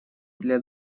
для